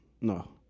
No